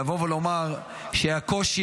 לבוא ולומר שהקושי,